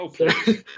Okay